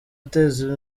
uteza